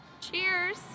Cheers